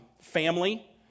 family